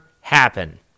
happen